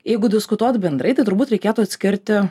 jeigu diskutuot bendrai tai turbūt reikėtų atskirti